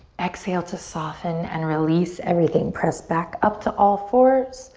exhale to soften and release everything. press back up to all fours.